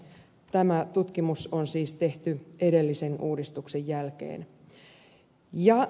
tämä tutkimus on siis tehty edellisen uudistuksen jälkeen